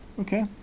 Okay